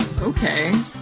Okay